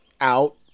out